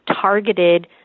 targeted